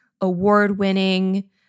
award-winning